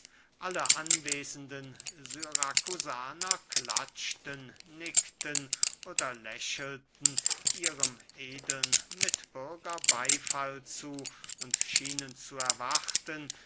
alle anwesenden syrakusaner klatschten nickten oder lächelten ihrem edeln mitbürger beyfall zu und schienen zu erwarten